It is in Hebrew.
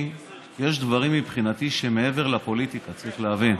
יש דברים שהם מבחינתי מעבר לפוליטיקה, צריך להבין.